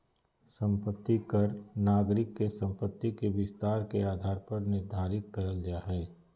संपत्ति कर नागरिक के संपत्ति के विस्तार के आधार पर निर्धारित करल जा हय